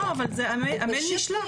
לא, אבל המייל נשלח.